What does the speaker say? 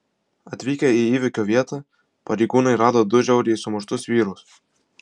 atvykę į įvykio vietą pareigūnai rado du žiauriai sumuštus vyrus